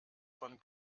von